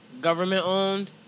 government-owned